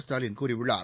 ஸ்டாலின் கூறியுள்ளார்